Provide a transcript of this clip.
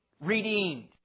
redeemed